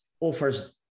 offers